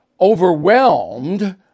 overwhelmed